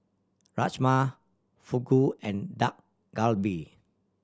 Rajma Fugu and Dak Galbi